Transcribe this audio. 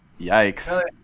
Yikes